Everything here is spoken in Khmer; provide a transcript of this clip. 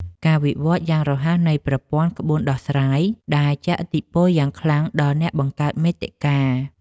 ការវិវត្តយ៉ាងរហ័សនៃប្រព័ន្ធក្បួនដោះស្រាយ ដែលជះឥទ្ធិពលយ៉ាងខ្លាំងដល់អ្នកបង្កើតមាតិកា។